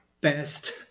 best